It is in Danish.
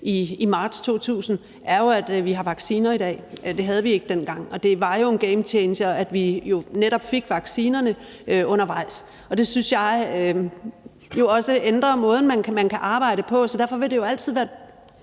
i marts 2020, at vi har vacciner i dag. Det havde vi ikke dengang, og det var jo en gamechanger, at vi netop fik vaccinerne undervejs. Det synes jeg også ændrer måden, man kan arbejde på, så derfor vil det jo altid være